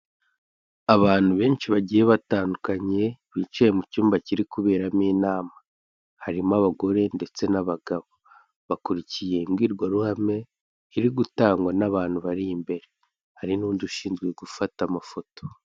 Abantu benshi bagiye batandukanye bicaye mu cyumba kiri kuberamo inama, harimo abagore ndetse n'abagabo, bakurikiye imbwirwaruhame iri gutangwa n'abantu bari imbere, hari n'undi ushinzwe gufata amafoto.